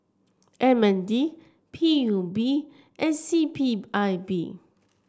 M N D P U B and C P I B